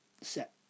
set